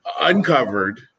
uncovered